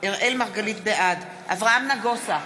בעד אברהם נגוסה,